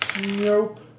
Nope